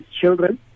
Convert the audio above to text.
children